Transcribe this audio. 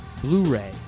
Blu-ray